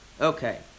Okay